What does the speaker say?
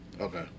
Okay